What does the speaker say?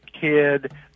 kid